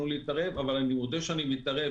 אבל אני מודה שאני כן מתערב,